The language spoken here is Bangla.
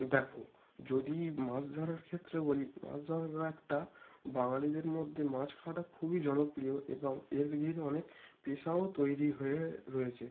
দেখ যদি মাছ ধরার ক্ষেত্রে বলি মাছ ধরা একটা বাঙালিদের মধ্যে মাছ খাওয়াটা খুবই জনপ্রিয় এবং এর অনেক পেশাও তৈরি হয়ে রয়েছে